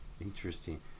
Interesting